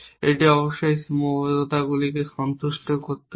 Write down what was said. এটি অবশ্যই সেই সীমাবদ্ধতাগুলিকে সন্তুষ্ট করতে হবে